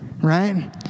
right